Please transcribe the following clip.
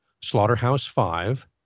Slaughterhouse-Five